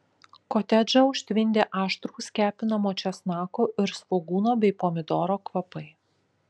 kotedžą užtvindė aštrūs kepinamo česnako ir svogūno bei pomidoro kvapai